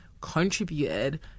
contributed